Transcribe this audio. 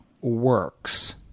works